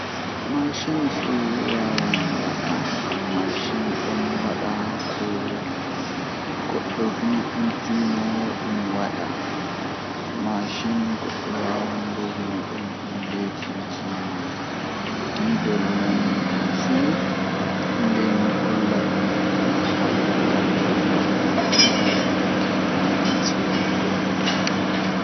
Mashin waawataa waɗde zaane, Kono zaane ko waɗal ɓuri haɓugol e neɗɗo, Sabu art woodani kaɓe njogorde e hakkilagol neɗɗo. Mashinji waawataa ɓe njikkita, Wawanɗe ngoodi e faama ɗi waɗi, Kono ɗuum no waawi heɓde gollal heɓugol e moƴƴi, E njogordi ɗi waɗa ɗi semmbugol. Ko art waɗata goɗɗum ngol, Waɗa e ɗuum fota ko waɗde hakkiɗe.